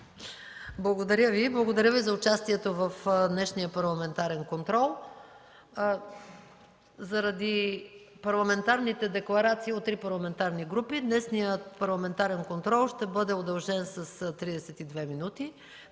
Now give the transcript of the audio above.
Благодаря Ви за участието в днешния парламентарен контрол. Поради парламентарните декларации от три парламентарни групи днешният парламентарен контрол ще бъде удължен с 32 минути,